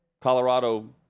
Colorado